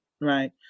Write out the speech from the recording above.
right